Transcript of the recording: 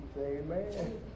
Amen